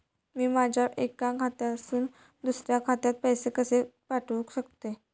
मी माझ्या एक्या खात्यासून दुसऱ्या खात्यात पैसे कशे पाठउक शकतय?